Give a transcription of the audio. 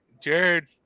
Jared